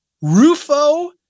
Rufo